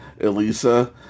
Elisa